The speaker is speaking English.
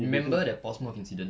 remember the portmore's incident